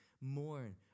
mourn